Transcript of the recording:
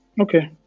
okay